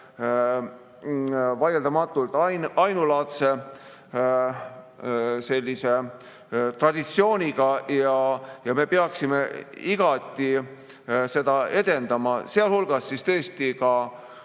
vaieldamatult ainulaadse traditsiooniga ja me peaksime igati seda edendama, sealhulgas tõesti ka